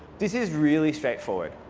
this is really straightforward.